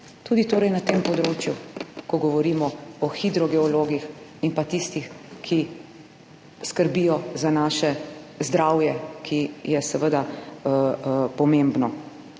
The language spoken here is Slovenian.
Tudi torej na tem področju, ko govorimo o hidrogeologih in pa tistih, ki skrbijo za naše zdravje, ki je seveda pomembno.